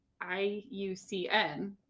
I-U-C-N